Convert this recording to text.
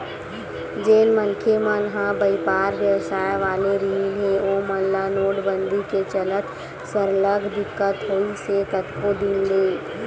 जेन मनखे मन ह बइपार बेवसाय वाले रिहिन हे ओमन ल नोटबंदी के चलत सरलग दिक्कत होइस हे कतको दिन ले